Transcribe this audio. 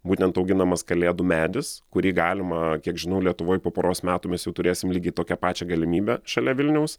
būtent auginamas kalėdų medis kurį galima kiek žinau lietuvoj po poros metų mes jau turėsim lygiai tokią pačią galimybę šalia vilniaus